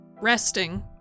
resting